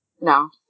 No